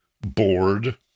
bored